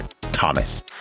Thomas